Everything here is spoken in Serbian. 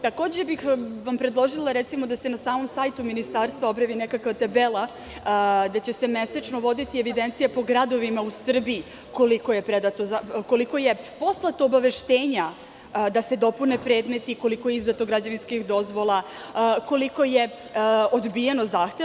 Takođe, predložila bih da se na samom sajtu ministarstva objavi nekakva tabela gde će se mesečno voditi evidencija po gradovima u Srbiji, koliko je predato zahteva, koliko je poslato obaveštenja da se dopune predmeti, koliko je izdato građevinskih dozvola, koliko je odbijeno zahteva.